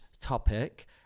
topic